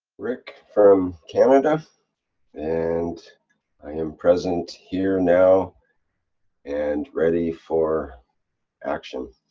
rick from canada and i'm present here, now and ready for action.